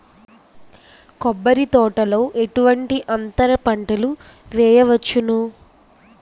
కొబ్బరి తోటలో ఎటువంటి అంతర పంటలు వేయవచ్చును?